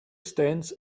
stands